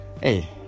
Hey